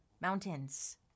mountains